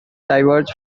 diverge